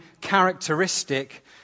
characteristic